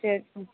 சரி ம்